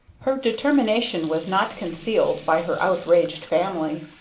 her determination was not concealed by her outraged family.